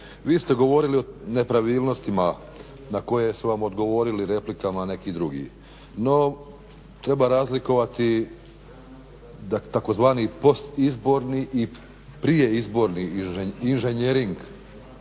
vi ste govorili o nepravilnostima na koje su vam odgovorili replikama neki drugi, no treba razlikovati tzv. postizborni i prijeizborni inženjering.